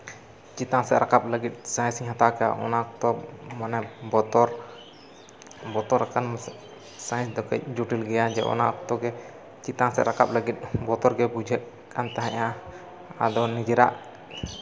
ᱪᱮᱛᱟᱱ ᱥᱮᱫ ᱨᱟᱠᱟᱵ ᱞᱟᱹᱜᱤᱫ ᱥᱟᱬᱮᱥᱤᱧ ᱦᱟᱛᱟᱣ ᱠᱮᱫᱼᱟ ᱚᱱᱟ ᱚᱠᱛᱚ ᱢᱚᱱᱮ ᱵᱚᱛᱚᱨ ᱵᱚᱛᱚᱨ ᱟᱠᱟᱱ ᱥᱟᱭᱮᱱᱥ ᱫᱚ ᱠᱟᱹᱡ ᱡᱚᱴᱤᱞ ᱜᱮᱭᱟ ᱡᱮ ᱚᱱᱟ ᱚᱠᱛᱚ ᱜᱮ ᱪᱮᱛᱟᱱ ᱥᱮᱫ ᱨᱟᱠᱟᱵ ᱞᱟᱹᱜᱤᱫ ᱵᱚᱛᱚᱨ ᱜᱮ ᱵᱩᱡᱷᱟᱹᱜ ᱠᱟᱱ ᱛᱟᱦᱮᱸᱫᱼᱟ ᱟᱫᱚ ᱱᱤᱡᱮᱨᱟᱜ